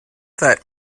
that